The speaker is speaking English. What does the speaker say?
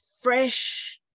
fresh